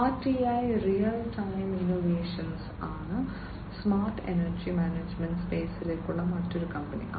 RTI real time innovations ആണ് smart energy management സ്പെയ്സിലേക്കുള്ള മറ്റൊരു കമ്പനി